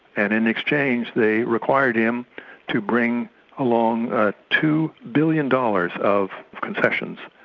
and in exchange, they required him to bring along two billion dollars of concessions.